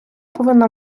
повинна